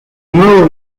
nuevo